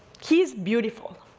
he's beautiful,